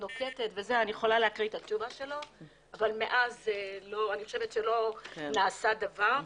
אבל מאז אני חושבת שלא נעשה דבר.